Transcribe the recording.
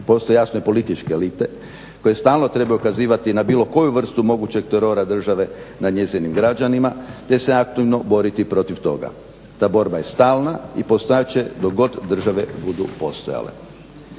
Postoje jasno i političke elite koje stalno trebaju ukazivati na bilo koju vrstu mogućeg terora države nad njezinim građanima te se aktivno boriti protiv toga. Ta borba je stalna i postojat će dok god države budu postojale.